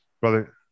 brother